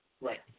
Right